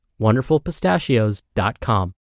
wonderfulpistachios.com